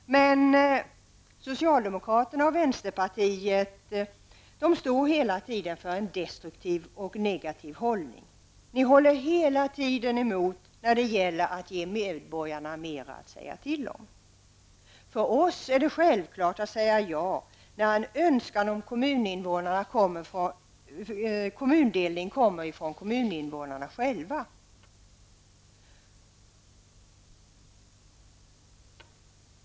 Men socialdemokraterna och vänsterpartiet står hela tiden för en destruktiv och negativ hållning. Ni håller hela tiden emot när det gäller att ge medborgarna mer att säga till om. För oss är det självklart att säga ja när en önskan om kommundelning kommer från kommuninvånarna själva.